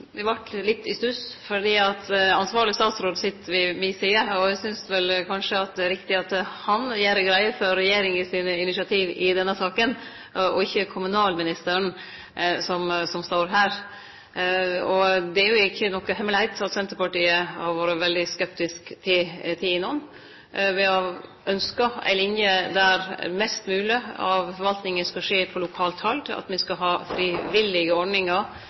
vart litt i stuss fordi ansvarleg statsråd sit ved mi side, og eg synest vel at det kanskje er riktig at han gjer greie for regjeringa sine initiativ i denne saka, og ikkje kommunalministeren, som står her. Det er ikkje noka hemmelegheit at Senterpartiet har vore veldig skeptisk til INON. Me har ynskt ei linje der mest mogleg av forvaltinga skal skje på lokalt hald, at me skal ha frivillige ordningar